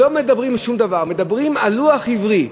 לא מדברים על שום דבר, מדברים על הלוח העברי,